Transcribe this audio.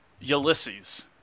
Ulysses